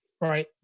right